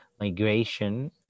migration